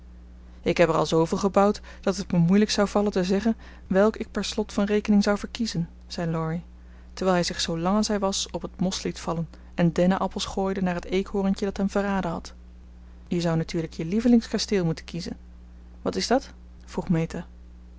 ik heb er al zooveel gebouwd dat het me moeilijk zou vallen te zeggen welk ik per slot van rekening zou verkiezen zei laurie terwijl hij zich zoo lang als hij was op het mos liet vallen en denneappels gooide naar het eekhorentje dat hem verraden had je zou natuurlijk je lievelingskasteel moeten kiezen wat is dat vroeg